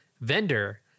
Vendor